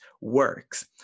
works